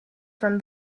from